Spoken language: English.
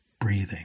breathing